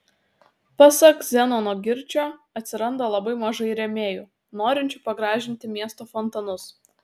pasak zenono girčio atsiranda labai mažai rėmėjų norinčių pagražinti miesto fontanus